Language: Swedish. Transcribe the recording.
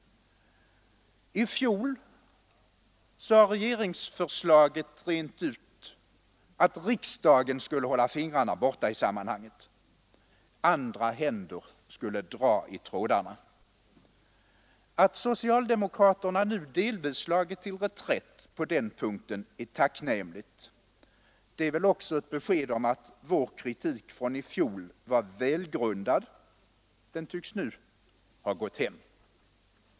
I fjol sades i regeringsförslaget rent ut att riksdagen skulle hålla fingrarna borta i sammanhanget. Andra händer skulle dra i trådarna. Att socialdemokraterna nu delvis slagit till reträtt på den punkten är tacknämligt. Det är väl också ett besked om att vår kritik från i fjol var välgrundad — den tycks nu ha gått hem.